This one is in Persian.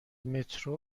مترو